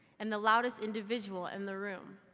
and the loudest individual in the room.